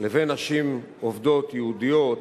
לבין נשים עובדות יהודיות,